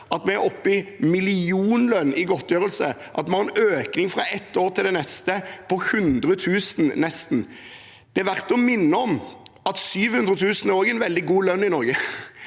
at vi er oppe i millionlønn i godtgjørelse, at vi har en økning fra et år til det neste på nesten 100 000 kr. Det er verdt å minne om at 700 000 kr også er en veldig god lønn i Norge.